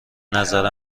نظر